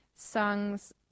songs